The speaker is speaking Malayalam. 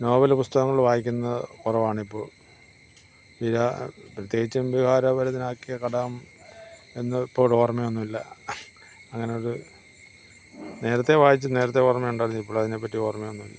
നോവല് പുസ്തകങ്ങൾ വായിക്കുന്നത് കുറവാണിപ്പോൾ വികാ പ്രത്യേകിച്ചും വികാരഭരിതനാക്കിയ കഥ എന്നിപ്പോൾ ഓർമ്മയൊന്നുയില്ല അങ്ങനൊരു നേരത്തെ വായിച്ച് നേരത്തെ ഓർമ്മയുണ്ടായിരുന്നു ഇപ്പോളതിനെപ്പറ്റി ഓർമ്മയൊന്നുമില്ല